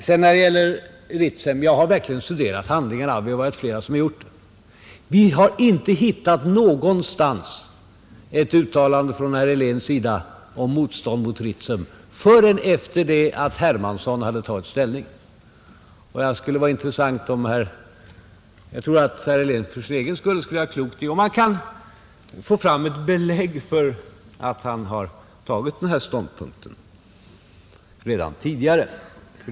När det sedan gäller Ritsem, så har jag verkligen studerat handlingarna — vi har varit flera som gjort det. Vi har inte någonstans hittat ett uttalande från herr Heléns sida om motstånd mot Ritsem förrän efter det att herr Hermansson hade tagit ställning. Jag tror att herr Helén för sin egen skull gör klokt i att få fram ett belägg för att han har tagit den här ståndpunkten redan tidigare, om han kan det.